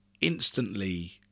instantly